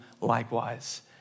likewise